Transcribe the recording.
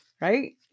right